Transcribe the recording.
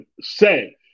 say